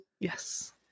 Yes